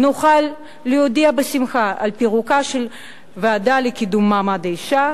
נוכל להודיע בשמחה על פירוקה של הוועדה לקידום מעמד האשה